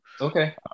Okay